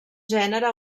gènere